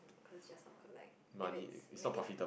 of course just for collect if it maybe